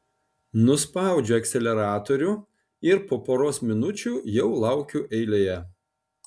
nuspaudžiu akceleratorių ir po poros minučių jau laukiu eilėje